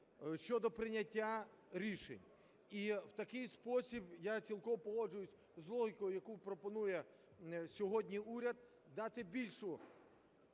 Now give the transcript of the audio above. щодо прийняття рішень. І в такий спосіб, я цілком погоджуюся з логікою, яку пропонує сьогодні уряд, дати більшу